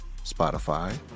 Spotify